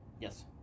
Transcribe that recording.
Yes